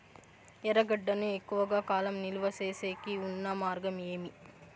ఎర్రగడ్డ ను ఎక్కువగా కాలం నిలువ సేసేకి ఉన్న మార్గం ఏమి?